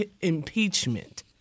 impeachment